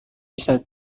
bisa